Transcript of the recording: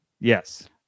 Yes